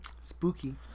spooky